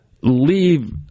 leave